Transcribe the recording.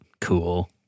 cool